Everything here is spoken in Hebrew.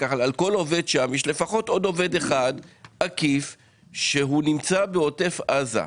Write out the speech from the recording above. כל על עובד שם יש לפחות עוד עובד אחד עקיף שהוא נמצא בעוטף עזה.